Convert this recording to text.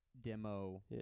demo